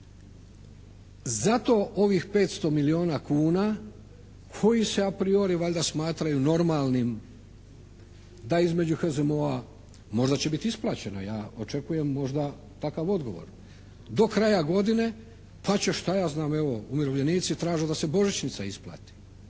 Zato ovih 500 milijuna kuna koji se apriori valjda smatraju normalnim da između HZMO-a možda će biti isplaćeno. Ja očekujem možda takav odgovor do kraja godine, pa će šta ja znam umirovljenici traže da se Božićnica isplati.